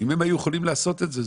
ואם הם היו יכולים לעשות את זה,